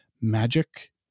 magic